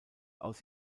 aus